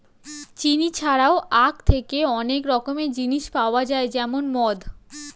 চিনি ছাড়াও আখ থেকে অনেক রকমের জিনিস পাওয়া যায় যেমন মদ